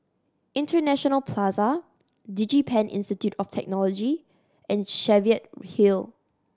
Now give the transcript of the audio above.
International Plaza DigiPen Institute of Technology and Cheviot Hill